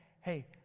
hey